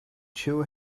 chill